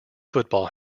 football